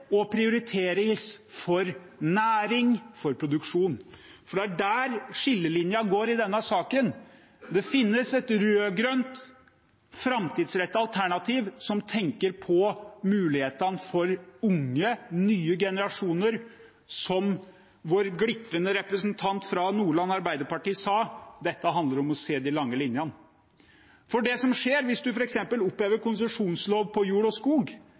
og prioriteres for næring, for produksjon? For det er der skillelinjene går i denne saken. Det finnes et rød-grønt, framtidsrettet alternativ som tenker på mulighetene for unge, nye generasjoner. Som vår glitrende representant fra Nordland Arbeiderparti sa: Dette handler om å se de lange linjene. For det som skjer hvis man f.eks. opphever konsesjonsloven for jord og skog,